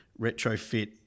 retrofit